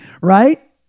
Right